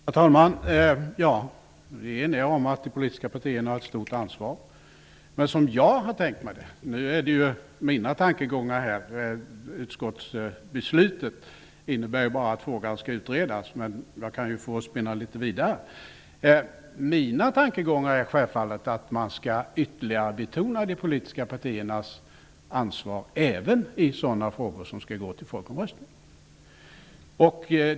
Herr talman! Vi är eniga om att de politiska partierna har ett stort ansvar. Men jag kan väl få spinna litet vidare på hur jag har tänkt mig det. Utskottets tillstyrkan av motionen innebär endast att frågan skall utredas. Mina tankegångar är självfallet att man ytterligare skall betona de politiska partiernas ansvar, även i sådana frågor som skall gå till folkomröstning.